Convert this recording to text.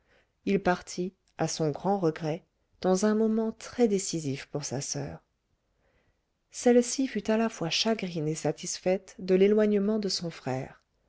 il partit à son grand regret dans un moment très décisif pour sa soeur celle-ci fut à la fois chagrine et satisfaite de l'éloignement de son frère